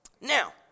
now